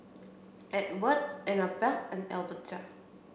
Ewart Annabell and Alberta